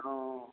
ହଁ